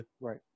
right